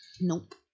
Nope